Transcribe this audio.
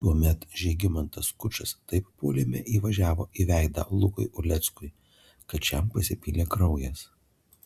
tuomet žygimantas skučas taip puolime įvažiavo į veidą lukui uleckui kad šiam pasipylė kraujas